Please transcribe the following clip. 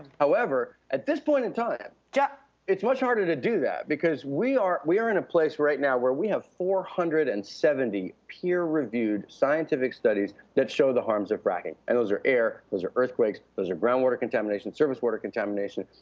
however, at this point in time yeah it's much harder to do that. because we are we are in a place right now where we have four hundred and seventy peer-reviewed scientific studies that show the harms of fracking. and those are air, those are earthquakes, those are groundwater contamination, service water contamination.